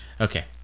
Okay